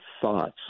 thoughts